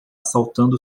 saltando